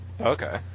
Okay